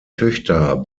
töchter